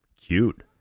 Cute